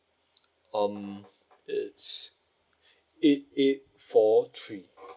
um it's eight eight four three